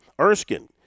Erskine